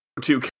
two